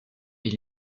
est